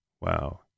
Wow